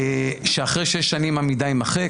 שאחרי שש שנים המידע יימחק.